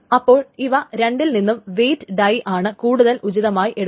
അപ്പോൾ ഇവ രണ്ടിൽ നിന്നും വെയിറ്റ് ഡൈ ആണ് കൂടുതൽ ഉചിതമായി എടുക്കുന്നത്